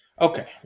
Okay